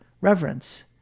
reverence